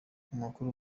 amakuru